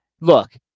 Look